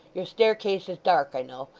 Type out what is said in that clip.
your staircase is dark, i know.